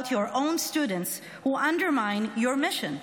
your own students who undermine your mission?